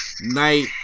Night